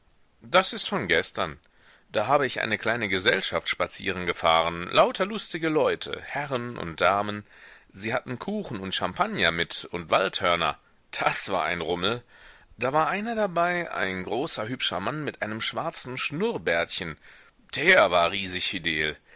das ist von gestern da hab ich eine kleine gesellschaft spazierengefahren lauter lustige leute herren und damen sie hatten kuchen und champagner mit und waldhörner das war ein rummel da war einer dabei ein großer hübscher mann mit einem schwarzen schnurrbärtchen der war riesig fidel